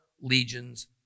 legions